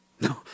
No